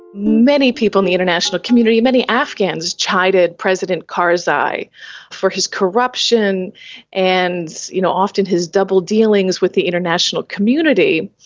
many people in the international community and many afghans chided president karzai for his corruption and you know often his double dealings with the international community.